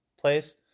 place